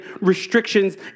restrictions